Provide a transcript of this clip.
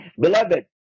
Beloved